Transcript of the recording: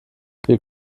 wie